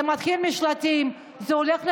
זה מתחיל משלטים, זה הולך לרחוב,